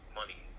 money